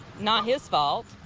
not his fault.